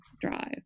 drive